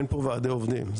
אין פה ועדי עובדים.